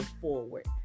forward